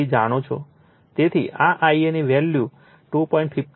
તેથી આ Ia ની વેલ્યુ 2